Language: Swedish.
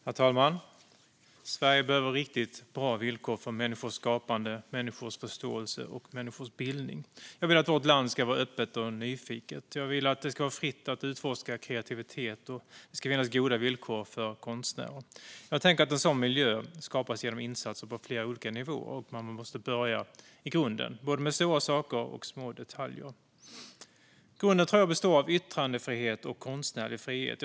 Herr talman! Sverige behöver riktigt bra villkor för människors skapande, människors förståelse och människors bildning. Jag vill att vårt land ska vara öppet och nyfiket, och jag vill att det ska vara fritt att utforska kreativitet. Det ska finnas goda villkor för konstnärer. Jag tänker att en sådan miljö skapas genom insatser på flera olika nivåer och att man måste börja i grunden, med både stora saker och små detaljer. Jag tror att grunden består av yttrandefrihet och konstnärlig frihet.